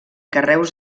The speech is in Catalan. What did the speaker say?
carreus